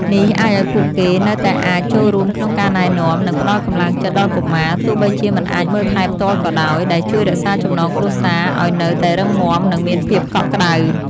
នេះអាចឱ្យពួកគេនៅតែអាចចូលរួមក្នុងការណែនាំ និងផ្ដល់កម្លាំងចិត្តដល់កុមារ ទោះបីជាមិនអាចមើលថែផ្ទាល់ក៏ដោយ ដែលជួយរក្សាចំណងគ្រួសារឱ្យនៅតែរឹងមាំ និងមានភាពកក់ក្ដៅ។